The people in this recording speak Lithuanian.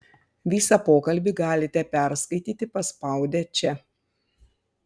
visą pokalbį galite perskaityti paspaudę čia